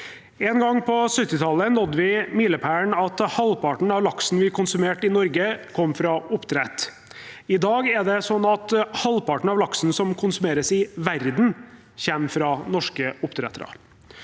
En gang på 1970-tallet nådde vi milepælen at halvparten at laksen vi konsumerte i Norge, kom fra oppdrett. I dag er det sånn at halvparten av laksen som konsumeres i verden, kommer fra norske oppdrettere.